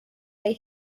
they